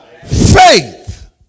Faith